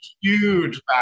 huge